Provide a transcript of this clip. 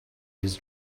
his